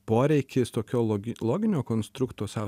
poreikis tokio logi loginio konstrukto sau